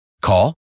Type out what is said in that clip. Call